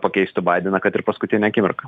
pakeistų badeną kad ir paskutinę akimirką